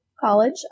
college